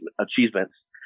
achievements